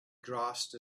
grasped